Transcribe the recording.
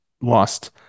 lost